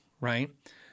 Right